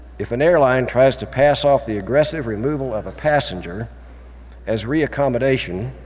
if an airline tries to pass off the aggressive removal of a passenger as re-accommodation,